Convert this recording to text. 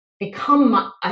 become